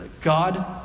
God